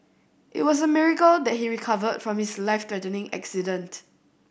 it was a miracle that he recovered from his life threatening accident